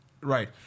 right